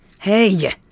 Hey